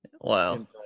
Wow